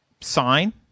sign